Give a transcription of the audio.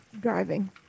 driving